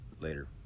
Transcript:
later